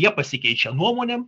jie pasikeičia nuomonėm